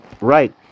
Right